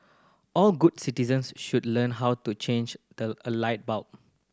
all good citizens should learn how to change the a light bulb